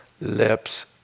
lips